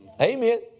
Amen